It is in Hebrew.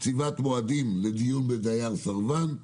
-- קציבת מועדים לדיון בדייר סרבן.